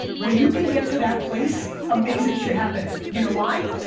when you can get to that place, amazing shit happens. you know why?